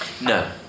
No